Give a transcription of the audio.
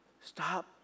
Stop